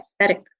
aesthetic